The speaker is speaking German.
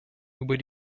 über